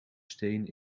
steen